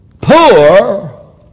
poor